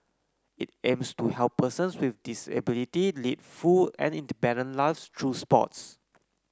it aims to help persons with disability lead full and independent lives through sports